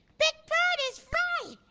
big bird is right,